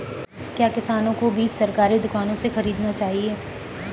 क्या किसानों को बीज सरकारी दुकानों से खरीदना चाहिए?